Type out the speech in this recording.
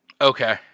Okay